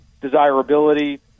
desirability